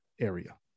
area